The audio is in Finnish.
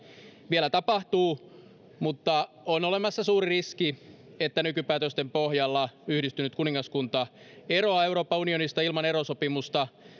vielä tapahtuu mutta on olemassa suuri riski että nykypäätösten pohjalta yhdistynyt kuningaskunta eroaa euroopan unionista ilman erosopimusta